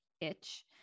itch